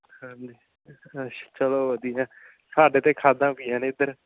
ਹਾਂਜੀ ਅੱਛਾ ਚਲੋ ਵਧੀਆ ਸਾਡੇ ਤਾਂ ਖਾਦਾਂ ਪਈਆਂ ਨੇ ਇੱਧਰ